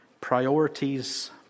Priorities